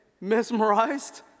mesmerized